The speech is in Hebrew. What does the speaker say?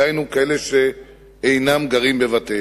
דהיינו כאלה שאינם גרים בבתיהם.